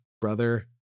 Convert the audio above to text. brother